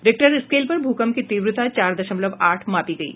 Richter scale पर भूकंप की तीव्रता चार दशमलव आठ मापी गयी